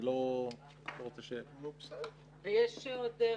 אני פשוט בלחץ כי היושב-ראש אישר לנו עד 17:30. ויש עוד רביזיה.